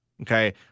okay